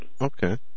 Okay